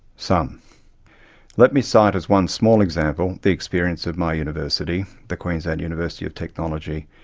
some let me cite as one small example the experience of my university, the queensland university of technology,